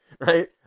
right